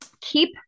keep